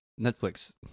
netflix